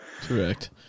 correct